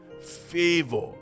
Favor